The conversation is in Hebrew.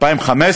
2015